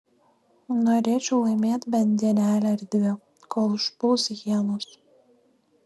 norėčiau laimėt bent dienelę ar dvi kol užpuls hienos